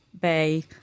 Bay